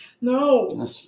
No